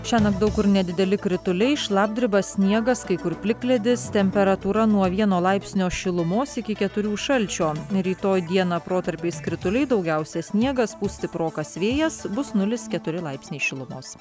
šiandien daug kur nedideli krituliai šlapdriba sniegas kai kur plikledis temperatūra nuo vieno laipsnio šilumos iki keturių šalčio rytoj dieną protarpiais krituliai daugiausia sniegas pūs stiprokas vėjas bus nulis keturi laipsniai šilumos